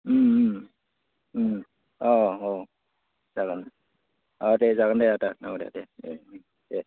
अ अ जागोन अ दे जागोन दे आदा दे दे दे